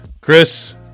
Chris